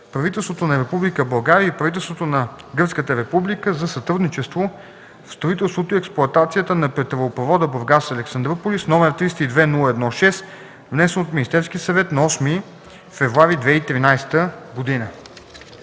правителството на Република България и правителството на Гръцката република за сътрудничество в строителството и експлоатацията на петролопровода Бургас – Александруполис, № 302-01-6, внесен от Министерския съвет на 8 февруари 2013 г.”